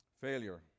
Failure